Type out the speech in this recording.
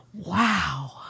Wow